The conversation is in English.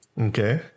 Okay